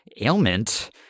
ailment